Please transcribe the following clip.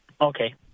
Okay